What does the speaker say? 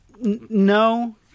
No